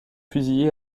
fusillés